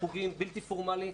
חוגים בלתי פורמליים.